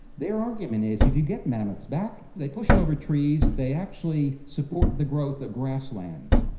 their argument is if you get mammoths back, they push over trees, they actually support the growth of grasslands.